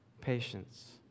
Patience